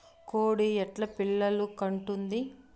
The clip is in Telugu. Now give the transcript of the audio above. కోడి ఎట్లా పిల్లలు కంటుంది?